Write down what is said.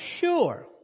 sure